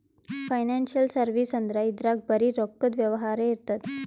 financial service ಅಂದ್ರ ಇದ್ರಾಗ್ ಬರೀ ರೊಕ್ಕದ್ ವ್ಯವಹಾರೇ ಇರ್ತದ್